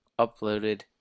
uploaded